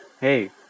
hey